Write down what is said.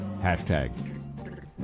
hashtag